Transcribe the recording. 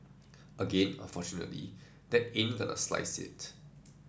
again unfortunately that ain't gonna slice it